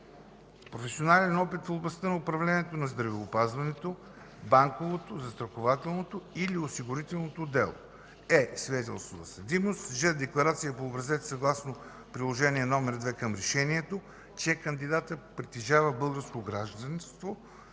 професионален опит в областта на управлението на здравеопазването, банковото, застрахователното или осигурителното дело; е) свидетелство за съдимост; ж) декларация по образец съгласно приложение № 2 към решението, че кандидатът притежава българско гражданство